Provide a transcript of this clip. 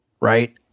right